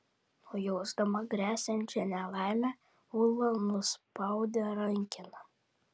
nujausdama gresiančią nelaimę ula nuspaudė rankeną